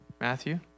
Matthew